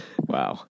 wow